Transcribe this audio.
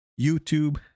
YouTube